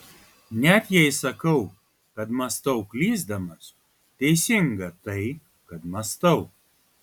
net jei sakau kad mąstau klysdamas teisinga tai kad mąstau